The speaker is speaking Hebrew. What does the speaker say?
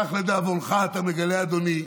כך לדאבונך אתה מגלה, אדוני,